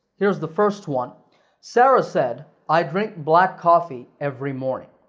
here's the first one sarah said, i drink black coffee every morning.